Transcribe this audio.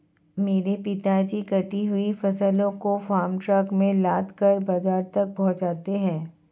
मेरे पिताजी कटी हुई फसलों को फार्म ट्रक में लादकर बाजार तक पहुंचाते हैं